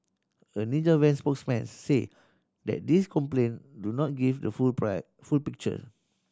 a Ninja Van spokesman say that these complaint do not give the full pride full picture